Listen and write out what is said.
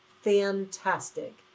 fantastic